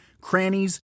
crannies